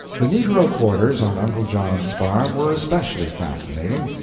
the negro quarters on uncle john's farm were especially fascinating.